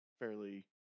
fairly